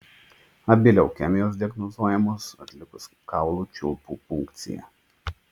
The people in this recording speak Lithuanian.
abi leukemijos diagnozuojamos atlikus kaulų čiulpų punkciją